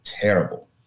terrible